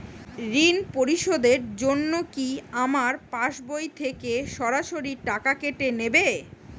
ঋণ পরিশোধের জন্য কি আমার পাশবই থেকে সরাসরি টাকা কেটে নেবে?